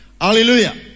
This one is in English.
Hallelujah